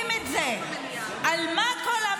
יודעים מראש שיש חילוקי דעות קשים בתוך הבניין הזה על כל מה שקורה,